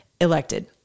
Elected